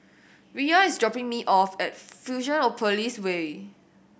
Riya is dropping me off at Fusionopolis Way